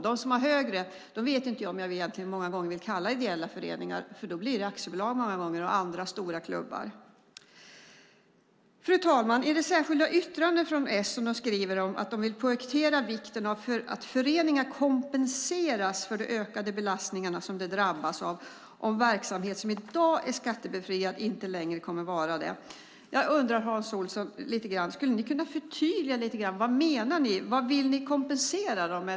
De som har högre omsättning vet jag inte om man alla gånger ska kalla ideella föreningar. De blir snarare aktiebolag och andra stora klubbar. Fru talman! I det särskilda yttrandet från S skriver man att man vill poängtera vikten av att föreningar kompenseras för de ökade belastningar som de drabbas av om verksamhet som i dag är skattebefriad inte längre kommer att vara det. Jag skulle vilja att Hans Olsson förtydligade lite vad man menar med detta. Vad menar ni? Vad vill ni kompensera dem med?